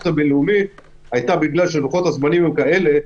הבין-לאומי הייתה בגלל שלוחות הזמנים הם כאלה,